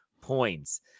points